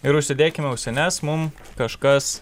ir užsidėkime ausines mum kažkas